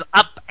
up